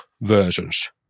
versions